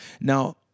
Now